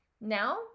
Now